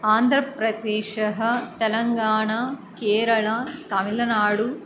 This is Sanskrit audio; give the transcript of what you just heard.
आन्ध्रप्रदेशः तेलङ्गाणा केरळा तमिल्नाडु